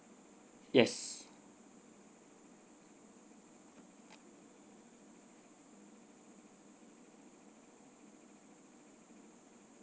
yes